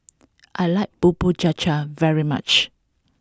I like Bubur Cha Cha very much